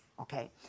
Okay